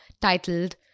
titled